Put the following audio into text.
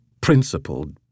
principled